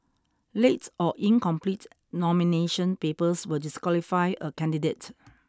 late or incomplete nomination papers will disqualify a candidate